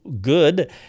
good